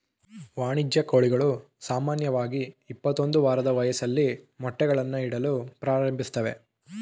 ವಾಣಿಜ್ಯ ಕೋಳಿಗಳು ಸಾಮಾನ್ಯವಾಗಿ ಇಪ್ಪತ್ತೊಂದು ವಾರದ ವಯಸ್ಸಲ್ಲಿ ಮೊಟ್ಟೆಗಳನ್ನು ಇಡಲು ಪ್ರಾರಂಭಿಸ್ತವೆ